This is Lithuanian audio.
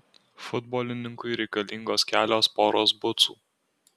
futbolininkui reikalingos kelios poros bucų